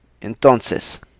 Entonces